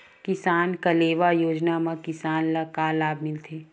किसान कलेवा योजना म किसान ल का लाभ मिलथे?